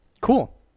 Cool